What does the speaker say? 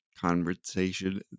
conversation